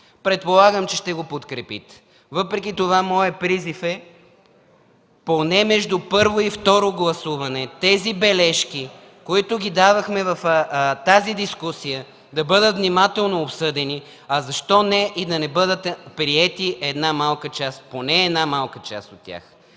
Предполагам, че ще го подкрепите. Въпреки това моят призив е поне между първо и второ гласуване тези бележки, които дадохме в тази дискусия, да бъдат внимателно обсъдени, а защо не да бъде приета поне една малка част от тях?!